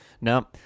No